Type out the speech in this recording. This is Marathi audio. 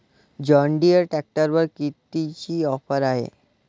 जॉनडीयर ट्रॅक्टरवर कितीची ऑफर हाये?